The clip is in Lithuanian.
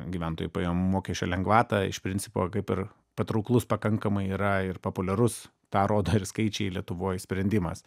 gyventojų pajamų mokesčio lengvatą iš principo kaip ir patrauklus pakankamai yra ir populiarus tą rodo ir skaičiai lietuvoj sprendimas